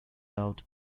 out